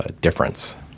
difference